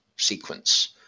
sequence